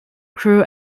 crew